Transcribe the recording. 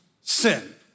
sin